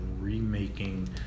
remaking